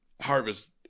harvest